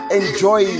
enjoy